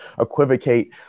equivocate